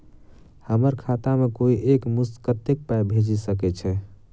हम्मर खाता मे कोइ एक मुस्त कत्तेक पाई भेजि सकय छई?